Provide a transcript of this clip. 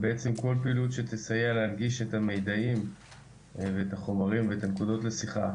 בעצם כל פעילות שתסייע להנגיש את המידעים ואת החומרים ואת הנקודות לשיחה